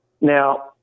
Now